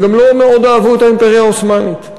וגם לא מאוד אהבו את האימפריה העות'מאנית.